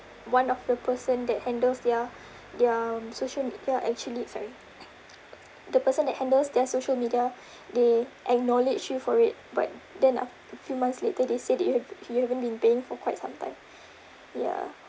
one of the person that handles their their social media actually sorry the person that handles their social media they acknowledged you for it but then after a few months later they said that you've you haven't been paying for quite sometime ya